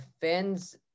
fans